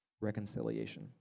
reconciliation